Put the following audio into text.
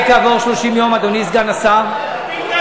אני חושב שזאת תהיה ההצעה היותר פרקטית,